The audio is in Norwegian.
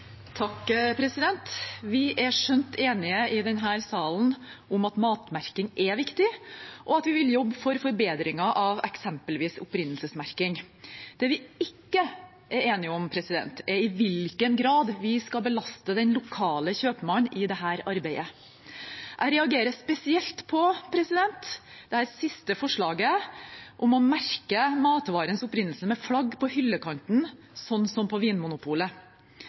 at vi vil jobbe for forbedringer av eksempelvis opprinnelsesmerking. Det vi ikke er enige om, er i hvilken grad vi skal belaste den lokale kjøpmannen i dette arbeidet. Jeg reagerer spesielt på det siste forslaget, om å merke matvarens opprinnelse med flagg på hyllekanten, sånn som på